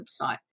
website